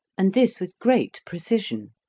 and this with great precision.